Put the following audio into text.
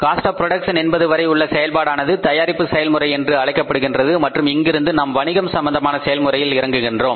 cost of production என்பது வரை உள்ள செயல்பாடானது தயாரிப்பு செயல்முறை என்று அழைக்கப்படுகின்றது மற்றும் இங்கிருந்து நாம் வணிகம் சம்பந்தமான செயல்முறையில் இறங்குகிறோம்